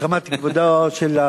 מחמת כבודו של,